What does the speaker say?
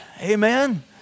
Amen